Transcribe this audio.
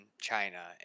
China